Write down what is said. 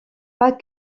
pas